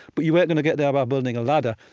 but you weren't going to get there by building a ladder.